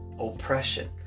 oppression